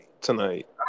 tonight